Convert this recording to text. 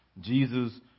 Jesus